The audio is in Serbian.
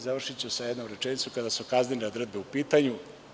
Završiću sa jednom rečenicom kada su kaznene odredbe u pitanju.